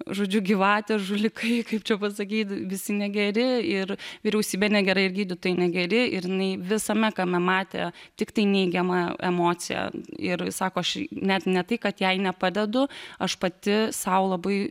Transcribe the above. žodžiu gyvatės žudikai kaip čia pasakyti visi negeri ir vyriausybė negera ir gydytojai negeri ir jinai visame kame matė tiktai neigiamą emociją ir sako aš net ne tai kad jai nepadedu aš pati sau labai